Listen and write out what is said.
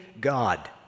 God